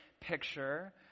picture